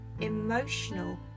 emotional